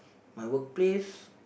my work place